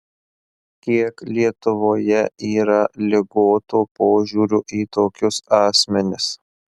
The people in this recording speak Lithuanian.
kiek lietuvoje yra ligoto požiūrio į tokius asmenis